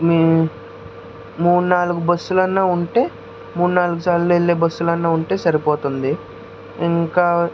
మూడు నాలుగు బస్సులు ఉన్న ఉంటే మూడు నాలుగు సార్లు వెళ్ళే బస్సులు ఉన్న ఉంటే సరిపోతుంది ఇంకా